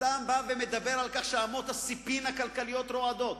כשאתה מדבר על כך שאמות הספים הכלכליות רועדות,